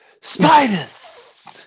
spiders